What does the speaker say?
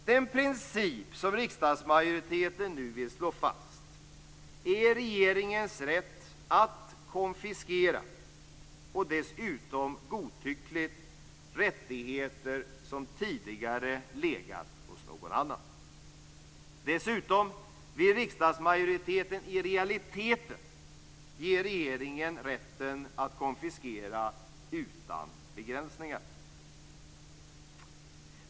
Den princip som riksdagsmajoriteten nu vill slå fast är regeringens rätt att konfiskera, dessutom godtyckligt, rättigheter som legat hos någon annan. Vidare vill riksdagsmajoriteten i realiteten ge regeringen rätt att konfiskera utan begränsningar.